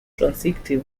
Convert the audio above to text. transitive